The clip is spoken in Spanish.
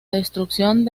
destrucción